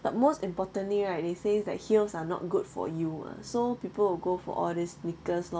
but most importantly right they say that heels are not good for you ah so people will go for all these sneakers lor